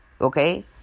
Okay